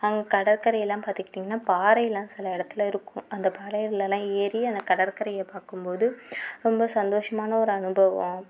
அங்கே கடற்கரையெல்லாம் பார்த்துக்கிட்டிங்கன்னா பாறைலாம் சில இடத்துல இருக்கும் அந்த பாறைகள்லலாம் ஏறி அந்த கடற்கரையை பார்க்கும்போது ரொம்ப சந்தோஷமான ஒரு அனுபவம்